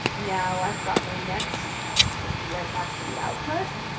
now, i've got my next took me right back to the output.